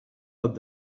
cop